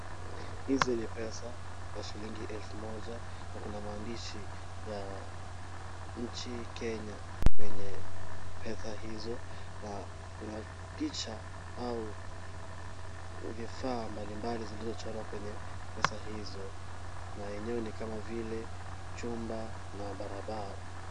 Hizi ni pesa za shilingi elfu moja na kuna maandishi ya nchi kenya kwenye pesa hizo na kuna picha au vifaa mbalimbali zilizochorwa kwenye pesa hizo na enyewe ni kama vile jumba na barabara.